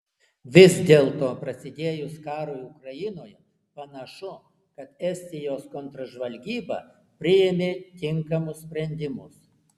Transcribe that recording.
vis dėlto prasidėjus karui ukrainoje panašu kad estijos kontržvalgyba priėmė tinkamus sprendimus